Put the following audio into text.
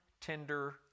tender